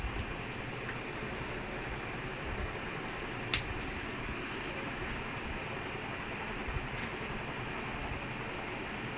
ya ya all are I mean like so sad and all it's such a small team somehow they made it all the way there and dude they deserve to be in final like that right